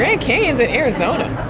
grand canyon is in arizona.